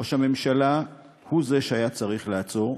ראש הממשלה הוא שהיה צריך לעצור,